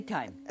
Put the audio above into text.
Time